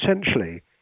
essentially